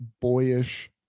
boyish